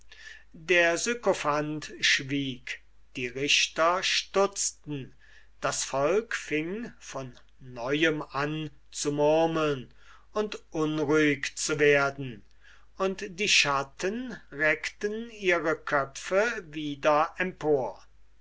der sykophant schwieg die richter stutzten das volk fing von neuem an zu murmeln und unruhig zu werden und die schatten reckten ihre köpfe wieder empor